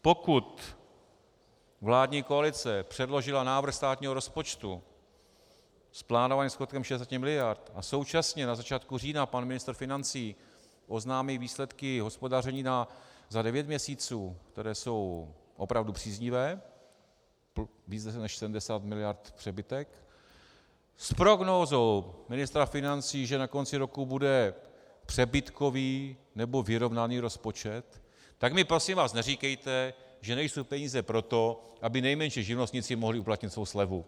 Pokud vládní koalice předložila návrh státního rozpočtu s plánovaným schodem 60 miliard a současně na začátku října pan ministr financí oznámí výsledky hospodaření za devět měsíců, které jsou opravdu příznivé, více než 70 miliard přebytek, s prognózou ministra financí, že na konci roku bude přebytkový nebo vyrovnaný rozpočet, tak mi prosím vás neříkejte, že nejsou peníze pro to, aby nejmenší živnostníci mohli uplatnit svou slevu.